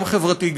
גם חברתי,